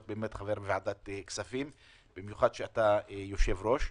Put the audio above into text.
במיוחד שאתה יושב-ראש.